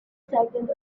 second